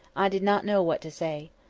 i did not know what to say.